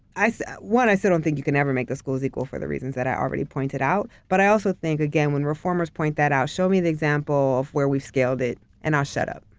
so one, i still don't think you can ever make the schools equal for the reasons that i already pointed out, but i also think again, when reformers point that out, show me the example of where we scaled it and i'll shut up.